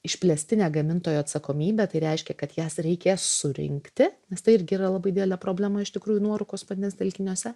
išplėstinė gamintojų atsakomybė tai reiškia kad jas reikės surinkti nes tai irgi yra labai didelė problema iš tikrųjų nuorūkos vandens telkiniuose